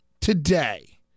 today